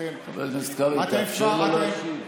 אתם כבר, חבר הכנסת קרעי, תאפשר לו להשיב.